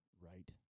right